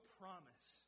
promise